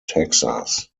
texas